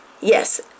Yes